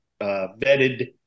vetted